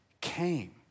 came